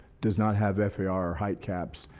does not have far height caps.